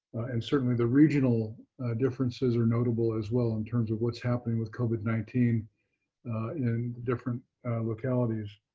and certainly, the regional differences are notable as well, in terms of what's happening with covid nineteen in different localities.